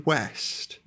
West